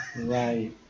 right